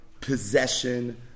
possession